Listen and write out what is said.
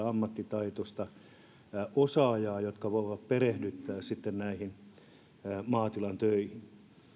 ammattitaitoisia osaajia jotka voivat perehdyttää sitten näihin maatilan töihin